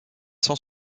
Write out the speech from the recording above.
sans